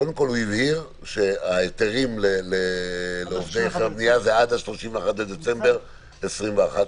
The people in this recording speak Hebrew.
קודם כול הוא הבהיר שההיתרים לעובדי הבנייה זה עד ה-31 בדצמבר 2021,